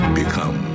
become